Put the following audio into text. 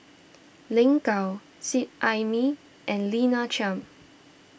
Lin Gao Seet Ai Mee and Lina Chiam